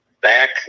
back